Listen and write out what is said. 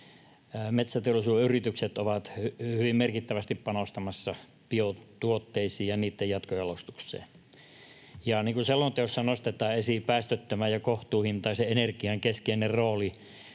metsäteollisuuden yritykset ovat hyvin merkittävästi panostamassa biotuotteisiin ja niitten jatkojalostukseen. Niin kuin selonteossa nostetaan esiin päästöttömän ja kohtuuhintaisen energian keskeinen rooli